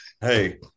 Hey